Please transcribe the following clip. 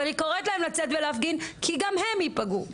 ואני קוראת להם לצאת ולהפגין כי גם הם ייפגעו.